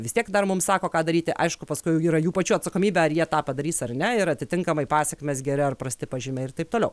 vis tiek dar mum sako ką daryti aišku paskui jau yra jų pačių atsakomybė ar jie tą padarys ar ne ir atitinkamai pasekmės geri ar prasti pažymiai ir taip toliau